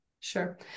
Sure